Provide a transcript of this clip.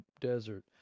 desert